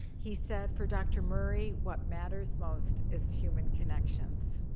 he said for dr. murray, what matters most is human connections.